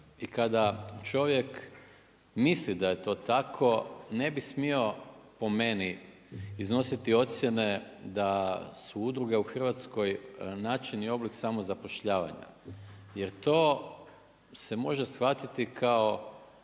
i kada čovjek misli da je to tako ne bi smio po meni iznositi ocjene da su udruge u Hrvatskoj način i oblik samozapošljavanja, jer to se može shvatiti kao